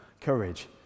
courage